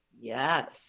Yes